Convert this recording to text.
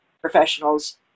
professionals